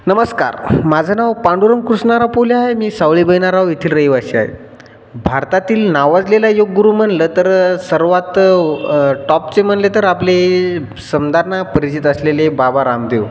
नमस्कार माझं नाव पांडुरंग कृष्णाराव पोले आहे मी सावली बहिनाराव येथील रहिवासी आहे भारतातील नावाजलेलं योगगुरु म्हणलं तर सर्वात टॉपचे म्हणले तर आपले समदारना परिचित असलेले बाबा रामदेव